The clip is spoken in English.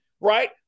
right